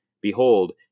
Behold